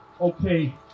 Okay